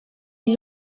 est